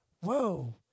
whoa